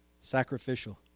Sacrificial